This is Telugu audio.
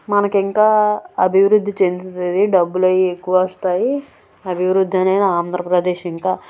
మనకు ఇంకా అభివృద్ధి చెందుతుంది డబ్బులు అవీ ఎక్కువ వస్తాయి అభివృద్ది అనేది ఆంధ్రప్రదేశ్ ఇంకా